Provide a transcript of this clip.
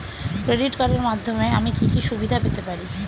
Credit কার্ডের মাধ্যমে আমি কি কি সুবিধা পেতে পারি?